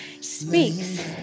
speaks